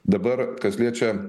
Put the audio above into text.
dabar kas liečia